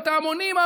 ואת ההמונים,